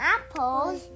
Apples